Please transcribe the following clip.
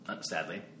sadly